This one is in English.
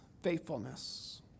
faithfulness